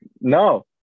No